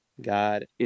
God